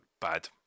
bad